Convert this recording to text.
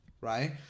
Right